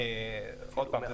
עוד פעם,